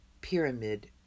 Pyramid